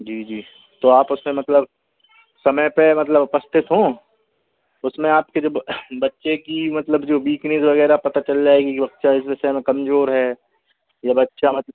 जी जी तो आप उसमें मतलब समय पर मतलब उपस्थित हों उसमें आपके जब बच्चे की मतलब जो वीकनेस वगैरह पता चल जाएगी कि बच्चा इस विषय में कमजोर है या बच्चा मत